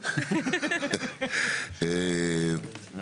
אנחנו